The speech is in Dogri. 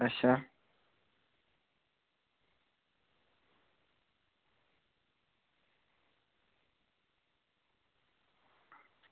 अच्छा